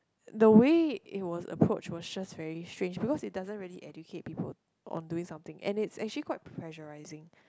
the way it was approach was just very strange cause it doesn't really educate people on doing something and it's actually quite pressurising